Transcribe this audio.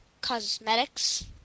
cosmetics